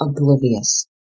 oblivious